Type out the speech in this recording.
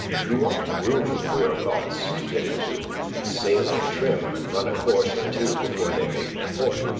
you want room for your thoughts to get into sailing trim and run a course or two before they make their port.